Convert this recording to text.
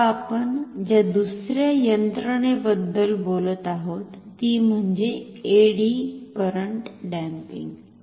आता आपण ज्या दुसर्या यंत्रणेबद्दल बोलत आहोत ती म्हणजे एडी करंट डॅम्पिंग